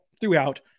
throughout